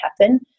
happen